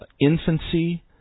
infancy